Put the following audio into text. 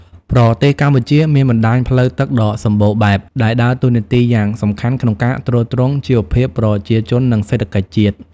ប្រទេសកម្ពុជាមានបណ្តាញផ្លូវទឹកដ៏សម្បូរបែប ដែលដើរតួនាទីយ៉ាងសំខាន់ក្នុងការទ្រទ្រង់ជីវភាពប្រជាជន និងសេដ្ឋកិច្ចជាតិ។